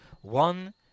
one